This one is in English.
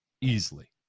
easily